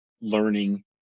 learning